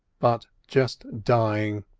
but just dying,